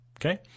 Okay